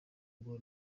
ubwo